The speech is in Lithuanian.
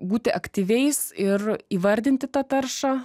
būti aktyviais ir įvardinti tą taršą